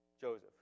Joseph